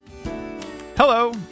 Hello